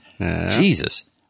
Jesus